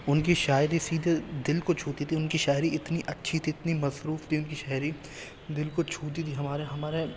ان کی شاعری سیدھے دل کو چھوتی تھی ان کی شاعری اتنی اچھی تھی اتنی مصروف تھی ان کی شاعری دل کو چھوتی تھی ہمارے ہمارے